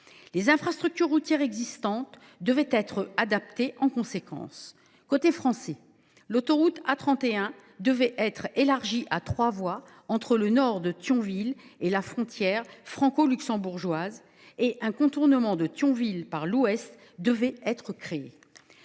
Les infrastructures routières existantes devaient être adaptées en conséquence. Côté français, l’autoroute A31 devait être élargie à trois voies entre le nord de Thionville et la frontière franco luxembourgeoise, et un contournement de Thionville par l’ouest devait être créé.